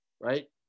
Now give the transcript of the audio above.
right